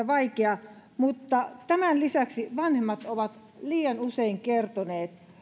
vaikea mutta tämän lisäksi vanhemmat ovat liian usein kertoneet